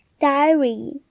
Diary